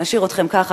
נשאיר אתכם ככה,